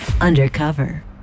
undercover